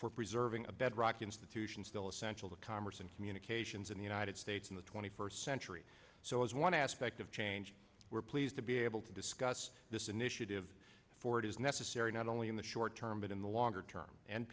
for preserving a bedrock institution still essential to commerce and communications in the united states in the twenty first century so as one aspect of change we're pleased to be able to discuss this initiative for it is necessary not only in the short term but in the longer term and